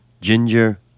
Ginger